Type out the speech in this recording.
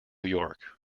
york